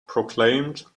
proclaimed